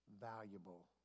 valuable